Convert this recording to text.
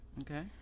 Okay